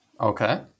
Okay